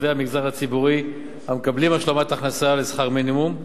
עובדי המגזר הציבורי המקבלים השלמת הכנסה לשכר מינימום.